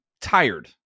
tired